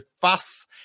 fuss